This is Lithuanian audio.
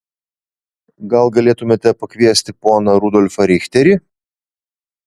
gal galėtumėte pakviesti poną rudolfą richterį